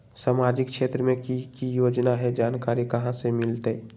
सामाजिक क्षेत्र मे कि की योजना है जानकारी कहाँ से मिलतै?